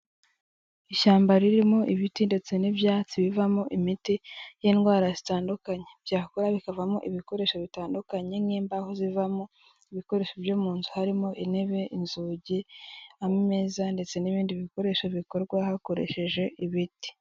Ishyamba ririmo ibiti ndetse n'ibyatsi bivamo imiti y'indwara zitandukanye, byakura bikavamo ibikoresho bitandukanye nk'imbaho zivamo ibikoresho byo mu nzu harimo intebe, inzugi, ameza ndetse n'ibindi bikoresho bikorwa hakoreshejwe ibiti.